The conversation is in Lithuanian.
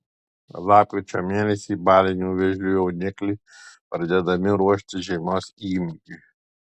lapkričio mėnesį balinių vėžlių jaunikliai pradedami ruošti žiemos įmygiui